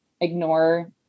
ignore